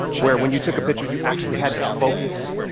where when you took a picture, you actually had to focus.